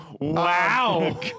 wow